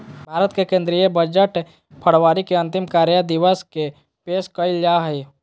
भारत के केंद्रीय बजट फरवरी के अंतिम कार्य दिवस के पेश कइल जा हइ